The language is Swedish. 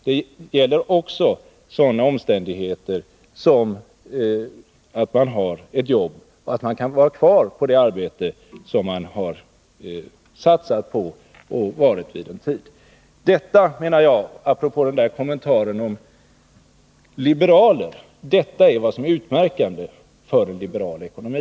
Det gäller också sådana omständigheter som att man har ett jobb och att man kan vara kvar på det arbete som man har satsat på och varit i en tid. Detta, menar jag — apropå kommentaren om medkänsla med liberaler — är vad som är utmärkande för en liberal ekonomi.